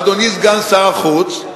אדוני סגן שר החוץ,